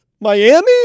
Miami